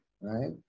right